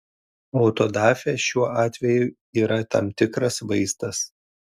autodafė šiuo atveju yra tam tikras vaistas